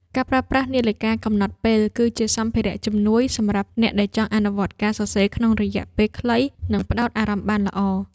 ការប្រើប្រាស់នាឡិកាកំណត់ពេល គឺជាសម្ភារៈជំនួយសម្រាប់អ្នកដែលចង់អនុវត្តការសរសេរក្នុងរយៈពេលខ្លី និងផ្ដោតអារម្មណ៍បានល្អ។